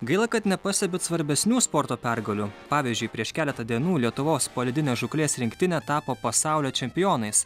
gaila kad nepastebit svarbesnių sporto pergalių pavyzdžiui prieš keletą dienų lietuvos poledinės žūklės rinktinė tapo pasaulio čempionais